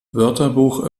wörterbuch